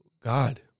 God